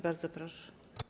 Bardzo proszę.